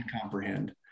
comprehend